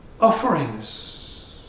offerings